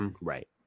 Right